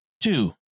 Two